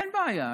אין בעיה,